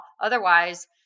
otherwise